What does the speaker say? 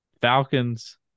Falcons